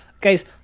Guys